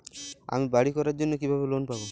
আমি বাড়ি করার জন্য কিভাবে লোন পাব?